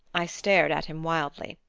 i stared at him wildly.